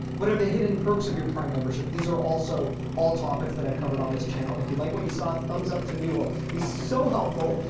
what are the hidden perks of your prime membership these are also all topics that i've covered on this channel and if you like what you saw, thumbs up to me will be so helpful.